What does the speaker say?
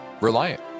reliant